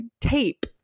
tape